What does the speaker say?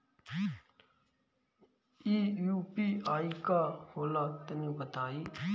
इ यू.पी.आई का होला तनि बताईं?